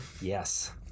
Yes